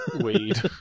Weed